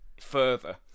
further